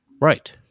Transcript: Right